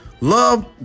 Love